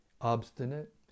obstinate